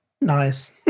Nice